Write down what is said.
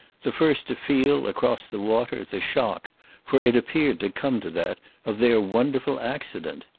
the first to feel, across the water, the shock for it appeared to come to that of their wonderful accident.